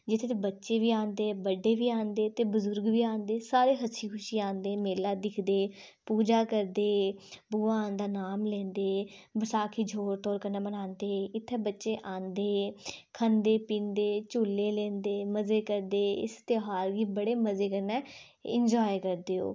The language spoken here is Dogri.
जेह्दे च बच्चे बी औंदे बड्डे बी औंदे ते बजुर्ग बी औंदे सारे हसी खुशी औँदे मेला दिखदे पूजा करदे भगवान दा नांऽ लैंदे बैसाखी जोरें शोरें कन्नै मनांदे इत्थें बच्चे औंदे दे खंदे पींदे झूले लैंदे मज़े करदे इस ध्यार गी बड़े मज़े कन्नै इंजाॅय करदे ओह्